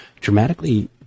dramatically